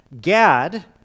Gad